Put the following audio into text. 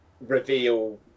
reveal